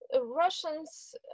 Russians